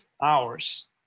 hours